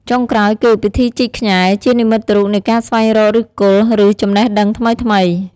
ចុងក្រោយគឺ ពិធីជីកខ្ញែ ជានិមិត្តរូបនៃការស្វែងរកឫសគល់ ឬចំណេះដឹងថ្មីៗ។